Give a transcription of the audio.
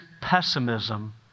pessimism